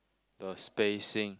the spacing